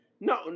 No